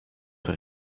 voor